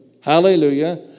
Hallelujah